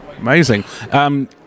Amazing